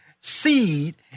seed